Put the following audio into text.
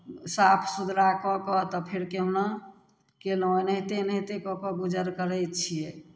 साफ सुथरा कऽ कऽ तब फेर कहुना कयलहुँ एनाहिते एनाहिते कऽ कऽ गुजर करै छियै